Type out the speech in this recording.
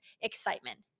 excitement